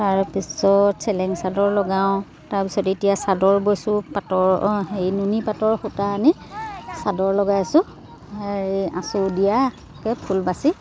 তাৰপিছত চেলেং চাদৰ লগাওঁ তাৰপিছত এতিয়া চাদৰ বৈছোঁ পাটৰ অঁ হেৰি নুনি পাটৰ সূতা আনি চাদৰ লগাইছোঁ হেৰি আঁচু দিয়াকৈ ফুল বাচি